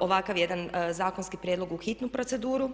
ovakav jedan zakonski prijedlog u hitnu proceduru.